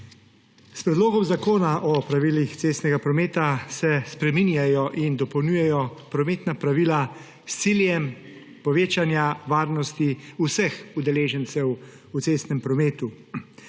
S Predlogom zakona o pravilih cestnega prometa se spreminjajo in dopolnjujejo prometna pravila s ciljem povečanja varnosti vseh udeležencev v cestnem prometu.